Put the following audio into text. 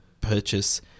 purchase